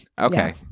Okay